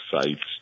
sites